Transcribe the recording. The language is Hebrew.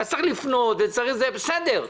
אז צריך לפנות, בסדר.